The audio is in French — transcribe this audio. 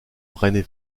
prennent